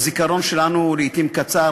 הזיכרון שלנו לעתים קצר,